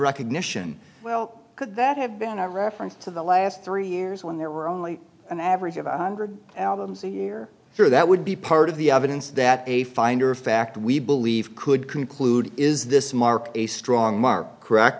recognition well could that have been a reference to the last three years when there were only an average of a hundred albums a year through that would be part of the evidence that a finder of fact we believe could conclude is this mark a strong mark correct